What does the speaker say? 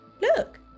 Look